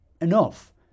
enough